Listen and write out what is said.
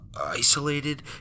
isolated